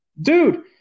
dude